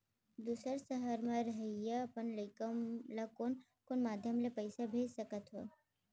दूसर सहर म रहइया अपन लइका ला कोन कोन माधयम ले पइसा भेज सकत हव?